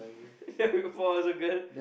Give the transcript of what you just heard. for was a girl